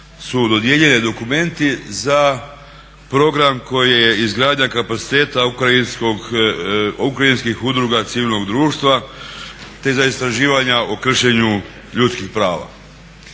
su dodijeljene Documenta-i za program koji je izgradnja kapaciteta ukrajinskih udruga civilnog društva te za istraživanja o kršenju ljudskih prava.